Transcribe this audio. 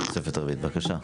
בבקשה,